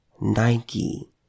Nike